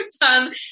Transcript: done